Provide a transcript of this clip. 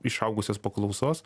išaugusios paklausos